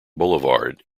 boulevard